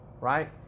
right